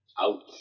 Ouch